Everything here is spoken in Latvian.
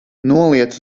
noliec